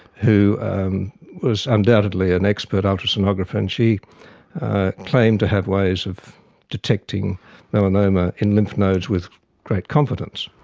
who was undoubtedly an expert ultrasonographer and she claimed to have ways of detecting melanoma in lymph nodes with great confidence.